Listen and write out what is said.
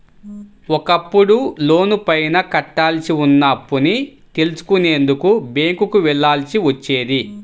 ఒకప్పుడు లోనుపైన కట్టాల్సి ఉన్న అప్పుని తెలుసుకునేందుకు బ్యేంకుకి వెళ్ళాల్సి వచ్చేది